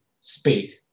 speak